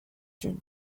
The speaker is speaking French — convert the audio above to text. dunes